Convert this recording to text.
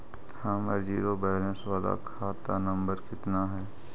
हमर zero balance बाला खाता नम्बर कितना है?